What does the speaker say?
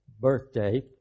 birthday